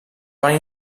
van